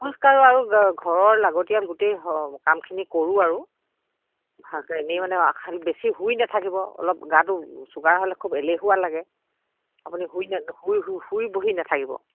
খোজকাঢ়ো আৰু ঘৰৰ লাগতিয়াল গোটেই কামখিনি কৰোঁ আৰু এনেই মানে খালি বেছি শুই নেথাকিব অলপ গাটো চুগাৰ হ'লে খুব এলেহুৱা লাগে আপুনি শুই শুই শুই বহি নেথাকিব